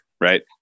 right